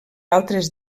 altres